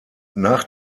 nach